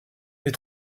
les